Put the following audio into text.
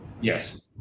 Yes